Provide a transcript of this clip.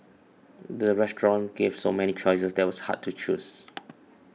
the restaurant gave so many choices that was hard to choose